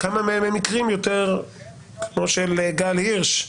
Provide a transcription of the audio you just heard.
כמה מהם הם מקרים כמו של גל הירש,